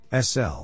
SL